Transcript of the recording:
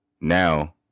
now